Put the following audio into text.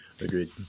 Agreed